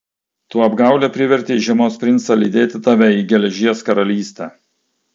tu apgaule privertei žiemos princą lydėti tave į geležies karalystę